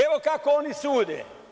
Evo kako oni sude.